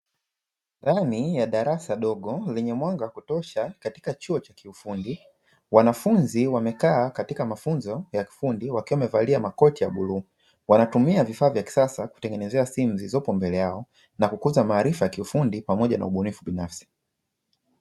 Ndani ya darasa dogo lenye mwanga wa kutosha katika chuo cha kiufundi. Wanafunzi wamekaa katika mafunzo ya kifundi wakiwa wamevalia makoti ya bluu. Wanatumia vifaa vya kisasa kutengenezea simu zilizopo mbele yao, na kukuza maarifa ya kiufundi pamoja na ubunifu binafsi.